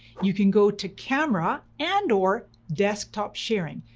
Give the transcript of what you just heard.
you can go to camera, and or desktop sharing.